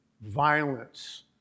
Violence